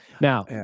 Now